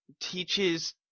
teaches